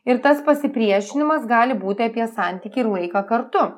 ir tas pasipriešinimas gali būti apie santykį ir laiką kartu